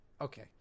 Okay